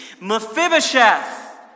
Mephibosheth